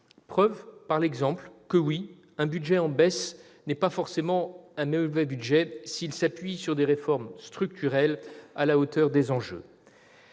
Preuve par l'exemple que, oui, un budget en baisse n'est pas forcément un mauvais budget s'il s'appuie sur des réformes structurelles à la hauteur des enjeux.